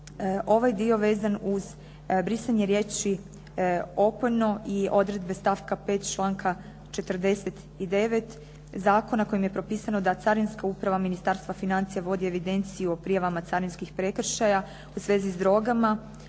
ovaj dio vezan uz brisanje riječi opojno i odredbe stavka 5. članka 49. zakona kojim je propisano da Carinska uprava Ministarstva financija vodi evidenciju o prijavama carinskih prekršaja u svezi s drogama